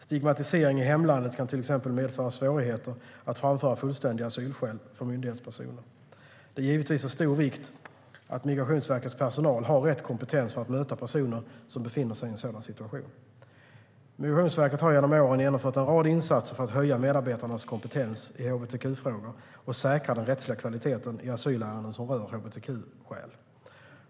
Stigmatisering i hemlandet kan till exempel medföra svårigheter att framföra fullständiga asylskäl för myndighetspersoner. Det är givetvis av stor vikt att Migrationsverkets personal har rätt kompetens för att möta personer som befinner sig i en sådan situation. Migrationsverket har genom åren genomfört en rad insatser för att höja medarbetarnas kompetens i hbtq-frågor och säkra den rättsliga kvaliteten i asylärenden som rör hbtq-skäl.